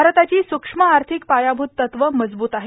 भारताची सूक्ष्म आर्थिक पायाभूत तत्वं मजबूत आहेत